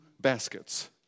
baskets